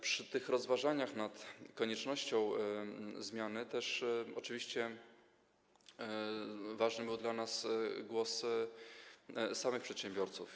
Przy tych rozważaniach nad koniecznością zmiany oczywiście ważny był dla nas głos samych przedsiębiorców.